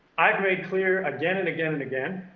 i've made clear again and again and again